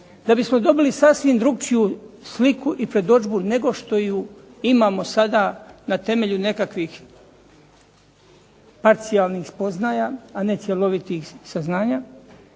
da bismo dobili sasvim drugačiju sliku i predodžbu nego što ju imamo sada na temelju nekakvih parcijalnih spoznaja, a ne cjelovitih saznanja,